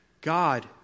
God